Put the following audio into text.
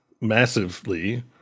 massively